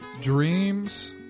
Dreams